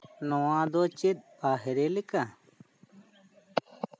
ᱱᱚᱣᱟ ᱫᱚ ᱪᱮᱫ ᱵᱟᱦᱨᱮ ᱞᱮᱠᱟ